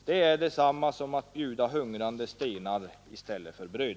Det är ungefär detsamma som att giva hungrande stenar i stället för bröd.